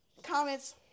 comments